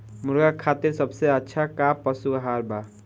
मुर्गा खातिर सबसे अच्छा का पशु आहार बा?